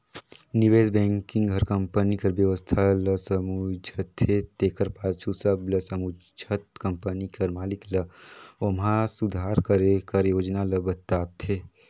निवेस बेंकिग हर कंपनी कर बेवस्था ल समुझथे तेकर पाछू सब ल समुझत कंपनी कर मालिक ल ओम्हां सुधार करे कर योजना ल बताथे